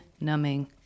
numbing